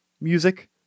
music